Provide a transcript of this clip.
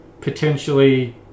potentially